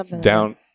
down